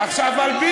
אבל בעניין הגיור.